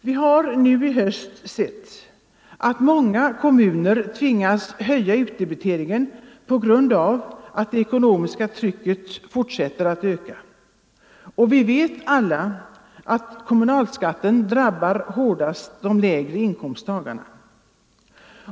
Vi har i höst sett att många kommuner tvingas höja utdebiteringen på grund av att det ekonomiska trycket fortsatt att öka. Vi vet också alla att kommunalskatten hårdast drabbar de lägre inkomsttagarna.